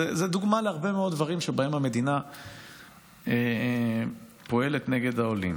זו דוגמה להרבה מאוד דברים שבהם המדינה פועלת נגד העולים.